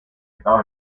estaba